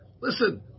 listen